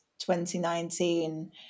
2019